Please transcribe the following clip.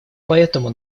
поэтому